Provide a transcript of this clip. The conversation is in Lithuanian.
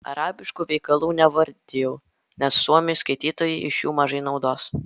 arabiškų veikalų nevardijau nes suomiui skaitytojui iš jų mažai naudos